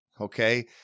okay